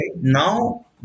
Now